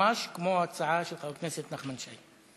ממש כמו ההצעה של חבר הכנסת נחמן שי.